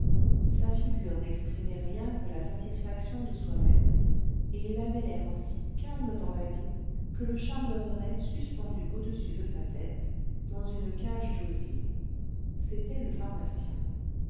sa figure n'exprimait rien que la satisfaction de soi-même et il avait l'air aussi calme dans la vie que le chardonneret suspendu au-dessus de sa tête dans une cage d'osier c'était le pharmacien